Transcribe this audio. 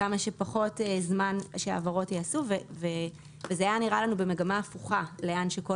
כמה שפחות זמן שההעברות ייעשו וזה היה נראה לנו במגמה הפוכה לדרך בה